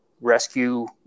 rescue